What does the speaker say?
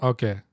Okay